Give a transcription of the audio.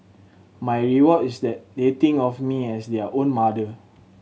my reward is that they think of me as their own mother